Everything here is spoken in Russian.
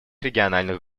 региональных